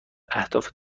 اهداف